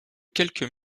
quelques